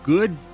Good